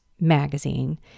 Magazine